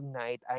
night